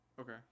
Okay